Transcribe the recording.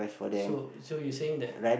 so so you saying that